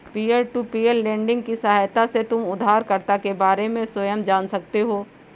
peer to peer lending की सहायता से तुम उधारकर्ता के बारे में स्वयं जान सकते हो